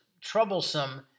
troublesome